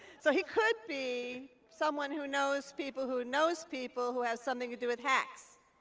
so he could be someone who knows people, who knows people who have something to do with hacks?